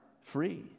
free